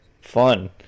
fun